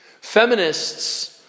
Feminists